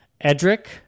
Edric